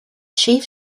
chief